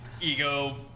ego